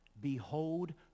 Behold